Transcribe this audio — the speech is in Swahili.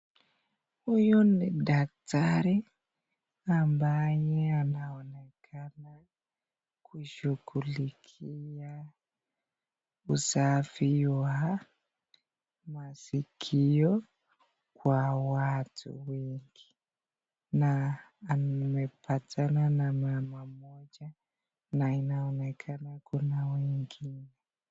Huyu ni daktari ambaye anaonekana kushughulikia usafiwa masikio kwa watu wengi na amepatana na mama mmoja na inaonekana kuna wengine.